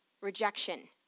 Rejection